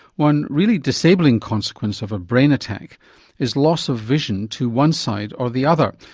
one really disabling consequence of a brain attack is loss of vision to one side or the other.